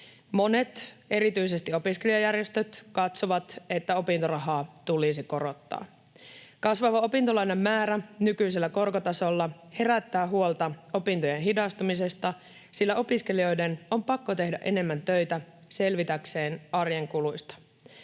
Erityisesti monet opiskelijajärjestöt katsovat, että opintorahaa tulisi korottaa. Kasvava opintolainan määrä nykyisellä korkotasolla herättää huolta opintojen hidastumisesta, sillä opiskelijoiden on pakko tehdä enemmän töitä selvitäkseen arjen kuluista.